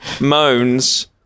moans